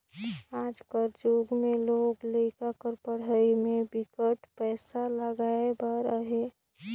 आज कर जुग में लोग लरिका कर पढ़ई में बिकट पइसा लगाए बर अहे